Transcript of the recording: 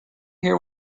hear